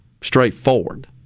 straightforward